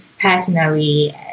personally